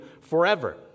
forever